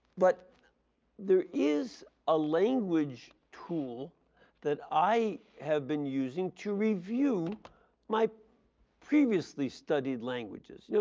but there is a language tool that i have been using to review my previously studied languages. yeah